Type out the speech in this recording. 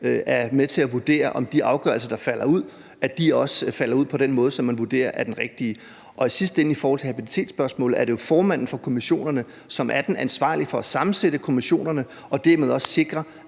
er med til at vurdere, om de afgørelser, der falder ud, også falder ud på den måde, som man vurderer er den rigtige. I sidste ende er det jo i forhold til habilitetsspørgsmålet formanden for kommissionerne, som er den ansvarlige for at sammensætte kommissionerne og dermed også sikre,